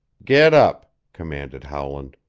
get up! commanded howland.